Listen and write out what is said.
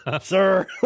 sir